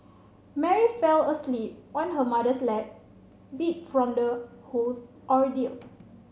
Mary fell asleep on her mother's lap beat from the whole ordeal